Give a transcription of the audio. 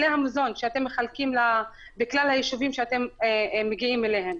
המזון שאתם מחלקים בכלל היישובים שאתם מגיעים אליהם.